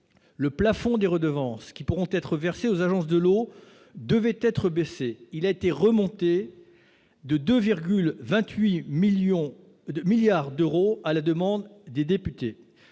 le plafond des redevances qui pourront être versées aux agences de l'eau devait être, il a été remonté de 2,28 millions de milliards d'euros à la demande des députés